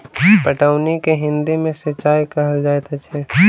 पटौनी के हिंदी मे सिंचाई कहल जाइत अछि